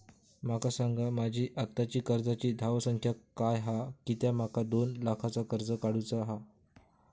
माका सांगा माझी आत्ताची कर्जाची धावसंख्या काय हा कित्या माका दोन लाखाचा कर्ज काढू चा हा?